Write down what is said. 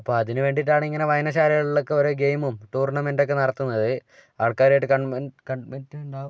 അപ്പോൾ അതിനു വേണ്ടിയിട്ടാണ് ഇങ്ങനെ വായനശാലകളിലൊക്കെ ഓരോ ഗെയിംമും ടൂർണമെൻ്റൊക്കെ നടത്തുന്നത് ആൾക്കാരുമായിട്ട് ഉണ്ടാവും